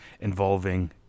involving